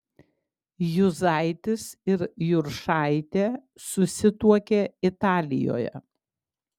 juzaitis ir juršaitė susituokė italijoje